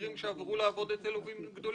בכירים שעברו לעבוד אצל לווים גדולים?